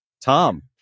Tom